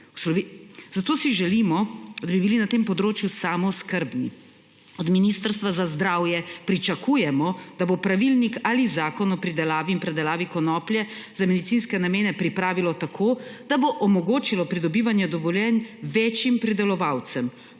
zato si želimo, da bi bili na tem področju samooskrbni. Od Ministrstva za zdravje pričakujemo, da bo pravilnik ali zakon o pridelavi in predelavi konoplje za medicinske namene pripravilo tako, da bo omogočilo pridobivanje dovoljenj več pridelovalcem.